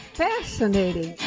fascinating